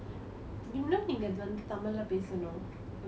you know நீங்க இது வந்து தமிழ்லே பேசணும்:ninga ithu vanthu tamile pesanum a bit